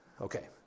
Okay